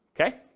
okay